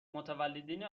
متولدین